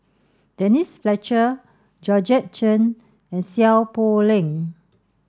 Denise Fletcher Georgette Chen and Seow Poh Leng